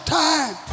time